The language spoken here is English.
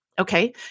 Okay